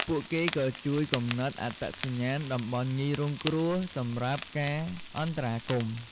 ពួកគេក៏ជួយកំណត់អត្តសញ្ញាណតំបន់ងាយរងគ្រោះ សម្រាប់ការអន្តរាគមន៍។